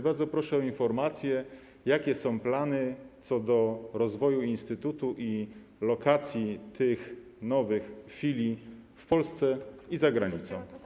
Bardzo proszę o informację, jakie są plany co do rozwoju instytutu i lokacji tych nowych filii w Polsce i za granicą.